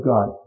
God